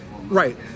Right